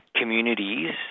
communities